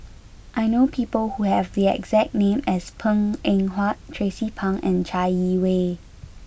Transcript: I know people who have the exact name as Png Eng Huat Tracie Pang and Chai Yee Wei